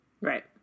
Right